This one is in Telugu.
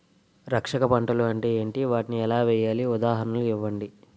రక్షక పంటలు అంటే ఏంటి? వాటిని ఎలా వేయాలి? ఉదాహరణలు ఇవ్వండి?